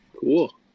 Cool